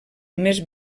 més